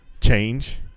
change